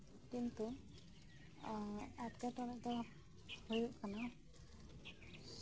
ᱠᱤᱱᱛᱩ ᱮᱸᱴᱠᱮᱴᱚᱲᱮ ᱫᱚ ᱦᱩᱭᱩᱜ ᱠᱟᱱᱟ